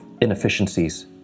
inefficiencies